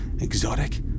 exotic